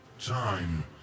Time